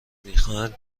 میخواهند